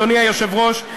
אדוני היושב-ראש,